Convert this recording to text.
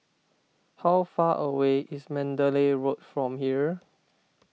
how far away is Mandalay Road from here